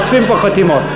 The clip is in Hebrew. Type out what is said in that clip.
אוספים פה חתימות.